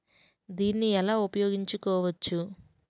దీన్ని ఎలా ఉపయోగించు కోవచ్చు?